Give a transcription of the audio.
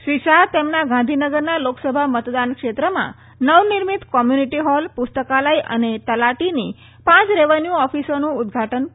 શ્રી શાહ તેમના ગાંધીનગરના લોકસભા મતદાનક્ષેત્રમાં નવ નિર્મિત કોમ્યુનિટી હોલ પુસ્તકાલય અને તલાટીની પાંચ રેવન્યુ ઓફિસોનું ઉદ્ઘાટન કરશે